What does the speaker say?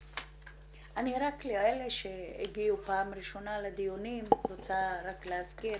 רק לאלה שהגיעו פעם ראשונה לדיונים אני רוצה להזכיר,